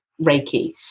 reiki